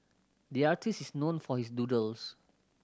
the artist is known for his doodles